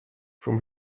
from